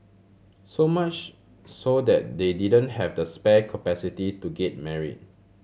so much so that they didn't have the spare capacity to get married